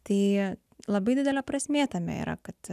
tai labai didelė prasmė tame yra kad